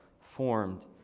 formed